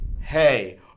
hey